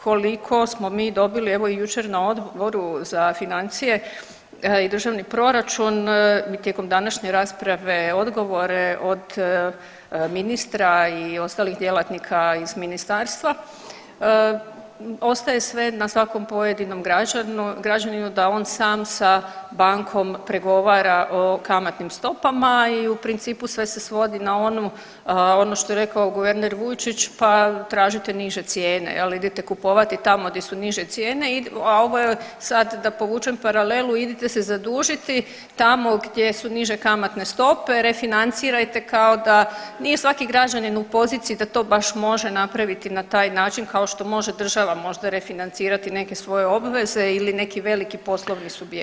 Koliko smo mi dobili evo jučer na Odboru za financije i državni proračun i tijekom današnje rasprave odgovore od ministra i ostalih djelatnika iz Ministarstva ostaje sve na svakom pojedinom građaninu da on sam sa bankom pregovara o kamatnim stopama i u principu sve se svodi na ono što je rekao guverner Vujčić – pa tražite niže cijene, idite kupovati tamo gdje su niže cijene – a ovo je sada da povučem paralelu, idite se zadužiti tamo gdje su niže kamatne stope, refinancirajte kao da, nije svaki građanin u poziciji da to baš može napraviti na taj način kao što može država možda refinancirati neke svoje obveze ili neki veliki poslovni subjekti.